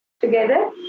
together